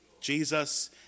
Jesus